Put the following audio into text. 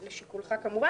לשיקולך, כמובן.